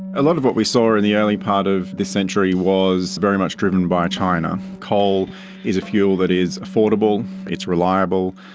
a lot of what we saw in the early part of this century was very much driven by china. coal is a fuel that is affordable, it's reliable,